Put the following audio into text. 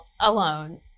alone